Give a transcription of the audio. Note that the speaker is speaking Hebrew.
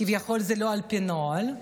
כביכול זה לא על פי הנוהל,